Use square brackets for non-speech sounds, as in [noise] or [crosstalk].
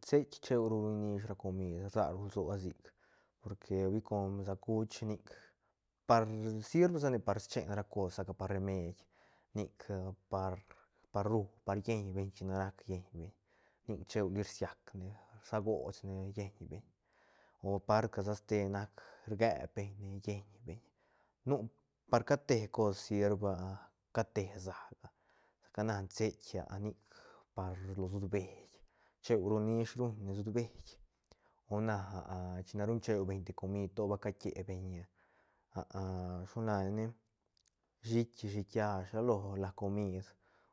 Ceit cheuru ruñ nish ra comid rsag rulsoa sic porque hui com sä cuch nic par sirb sane par chen cos sa ca par remeid nic par rrú par llein beñ china rac llein beñ cheu li rsiacne rsagosne llein beñ o par ca sa ste nac rgep beñne llein beñ nu par cate cosh sirb ca te säga sa ca na ceit nic par lo sutbeï cheu ru nish ruñne sutbeï o na [hesitation] china ruñ cheu beñ te comid to ba cakie beñ [hesitation] shilo la ne ne shiit shiit kiash ra lo la comid